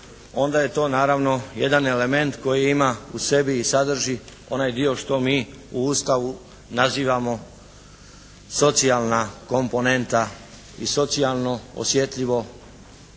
onda je to naravno jedan element koji ima u sebi i sadrži onaj dio što mi u Ustavu nazivamo socijalna komponenta i socijalno osjetljivo ponašanje